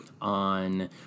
on